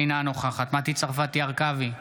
אינה נוכחת מטי צרפתי הרכבי,